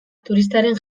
turistaren